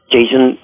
Jason